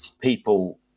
people